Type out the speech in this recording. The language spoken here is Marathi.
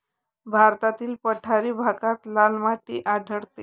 भारतातील पठारी भागात लाल माती आढळते